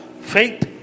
faith